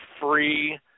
free